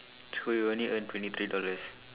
so we only earn twenty three dollars